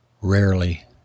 rarely